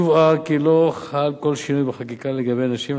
יובהר כי לא חל כל שינוי בחקיקה לגבי נשים,